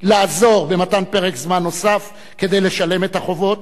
לעזור במתן פרק זמן נוסף כדי לשלם את החובות.